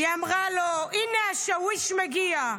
-- היא אמרה לו: הינה השאוויש מגיע.